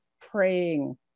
praying